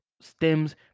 stems